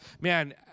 man